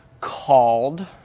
called